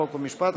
חוק ומשפט,